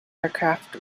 aircraft